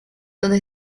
donde